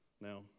Now